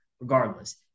regardless